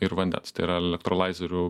ir vandens tai yra elektrolaizerių